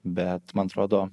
bet man atrodo